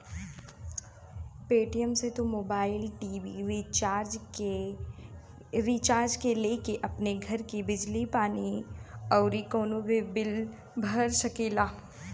Paytm से तू mobile, TV recharge से लेके अपनी घर के बिजली पानी अउरी कवनो भी बिल भर सकेला